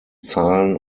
zahlen